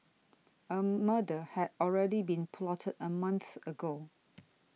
a murder had already been plotted a month ago